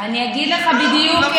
אני אגיד לך בדיוק.